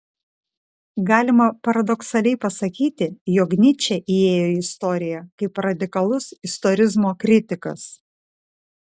galima paradoksaliai pasakyti jog nyčė įėjo į istoriją kaip radikalus istorizmo kritikas